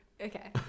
Okay